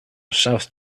south